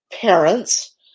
parents